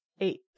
Eight